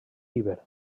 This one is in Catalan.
iber